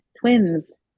twins